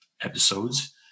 episodes